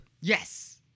Yes